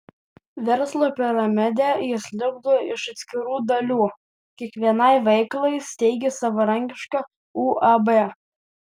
verslo piramidę jis lipdo iš atskirų dalių kiekvienai veiklai steigia savarankišką uab